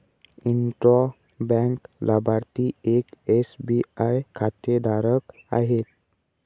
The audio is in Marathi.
इंट्रा बँक लाभार्थी एक एस.बी.आय खातेधारक आहे